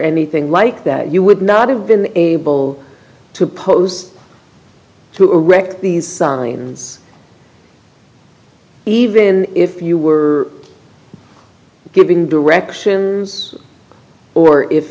anything like that you would not have been able to post to erect these signs even if you were giving directions or if